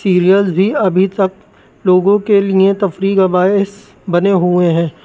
serials بھی ابھی تک لوگوں کے لیے تفریح کا باعث بنے ہوئے ہیں